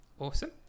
Awesome